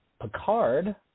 Picard